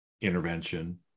intervention